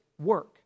work